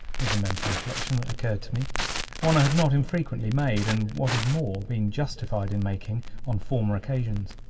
was the mental reflection that occurred to me one i had not infrequently made, and, what is more, been justified in making on former occasions.